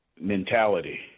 mentality